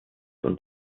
und